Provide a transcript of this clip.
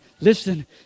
listen